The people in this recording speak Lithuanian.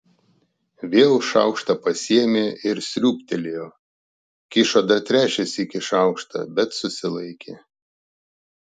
vėl šaukštą pasiėmė ir sriūbtelėjo kišo dar trečią sykį šaukštą bet susilaikė